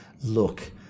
look